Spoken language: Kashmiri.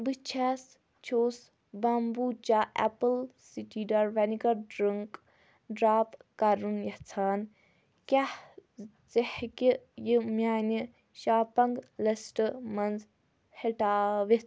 بہٕ چَھس چُھس بامبوٗچا apple cider vinegar drink drop کرُن یژھان کیٛاہ ژٕ ہیٚکہِ یہِ میانہِ شاپَنگ لسٹہٕ منٛز ہٮ۪ٹٲوِتھ